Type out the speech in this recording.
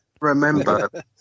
Remember